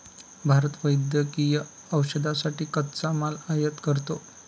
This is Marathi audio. भारत वैद्यकीय औषधांसाठी कच्चा माल आयात करतो